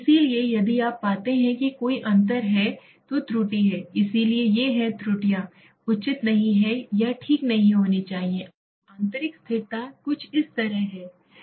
इसलिए यदि आप पाते हैं कि कोई अंतर है तो त्रुटि है इसलिए ये हैं त्रुटियाँ उचित नहीं हैं या ठीक नहीं होनी चाहिए आंतरिक स्थिरता कुछ इस तरह है